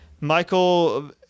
Michael